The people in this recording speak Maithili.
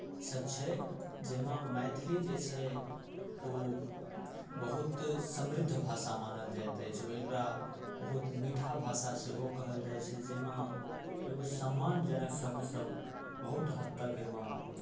सभ छै जाहिमे मैथिली जे छै ओ बहुत समृद्ध भाषा मानल जाइत अछि आओर एकरा बहुत मीठा भाषा सेहो कहल जाइत छै जाहिमे एगो सम्मानजनक शब्दसभ बहुत हद तक एहिमे